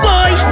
Boy